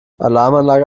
alarmanlage